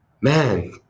man